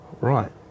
right